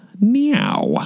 Meow